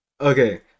Okay